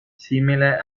simile